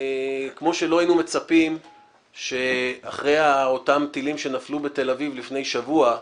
כמו שלא ציפינו אחרי אותם טילים שנפלו בתל אביב לפני שבוע,